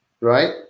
right